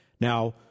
Now